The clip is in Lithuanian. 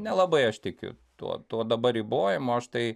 nelabai aš tikiu tuo tuo dabar ribojimu štai